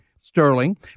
Sterling